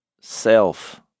self